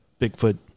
Bigfoot